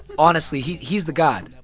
honestly, he's he's the god,